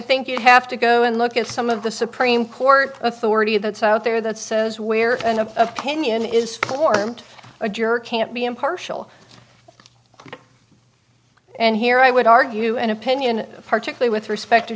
think you have to go and look at some of the supreme court authority that's out there that says where an opinion is formed a juror can't be impartial and here i would argue an opinion particularly with respect to